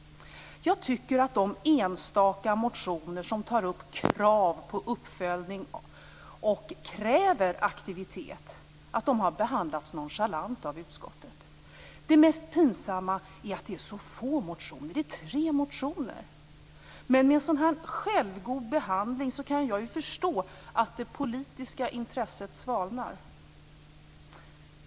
Jag tycker att de enstaka motioner som tar upp krav på uppföljning och kräver aktivitet har behandlats nonchalant av utskottet. Det mest pinsamma är att det är så få motioner. Det är tre motioner. Men med en sådan här självgod behandling kan jag förstå att det politiska intresset svalnar.